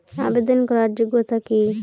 আবেদন করার যোগ্যতা কি?